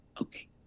okay